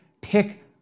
pick